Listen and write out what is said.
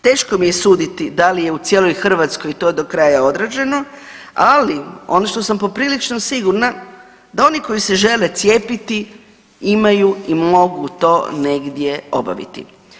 Teško mi je suditi da li je u cijeloj Hrvatskoj to do kraja odrađeno, ali ono što sam poprilično sigurna da oni koji se žele cijepiti imaju i mogu to negdje obaviti.